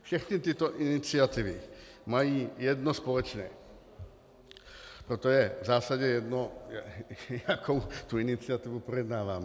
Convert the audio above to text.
Všechny tyto iniciativy mají jedno společné, proto je v zásadě jedno, jakou tu iniciativu projednáváme.